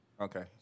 Okay